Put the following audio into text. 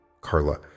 carla